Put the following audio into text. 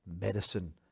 medicine